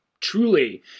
truly